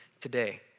today